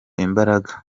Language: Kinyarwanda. imbaraga